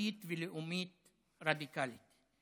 תרבותית ולאומית רדיקלית.